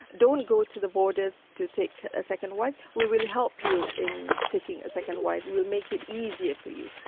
don't go to the borders to take a second wife, we will help you in taking a second wife. we'll make it easier for you.